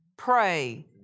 pray